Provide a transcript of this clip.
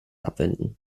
abwenden